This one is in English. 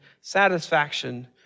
satisfaction